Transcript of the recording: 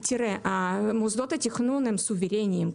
מוסדות התכנון הם סוברניים.